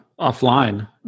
Offline